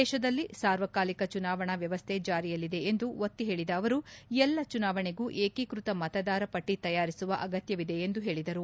ದೇಶದಲ್ಲಿ ಸಾರ್ವಕಾಲಿಕ ಚುನಾವಣಾ ವ್ಯವಸ್ಥೆ ಜಾರಿಯಲ್ಲಿದೆ ಎಂದು ಒತ್ತಿ ಹೇಳಿದ ಅವರು ಎಲ್ಲಾ ಚುನಾವಣೆಗೂ ಏಕೀಕೃತ ಮತದಾರ ಪಟ್ಟಿ ತಯಾರಿಸುವ ಅಗತ್ಯವಿದೆ ಎಂದು ಹೇಳಿದರು